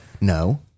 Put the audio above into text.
No